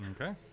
Okay